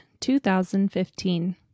2015